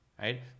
right